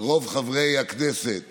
רוב חברי הכנסת